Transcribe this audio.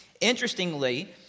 Interestingly